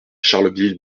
charleville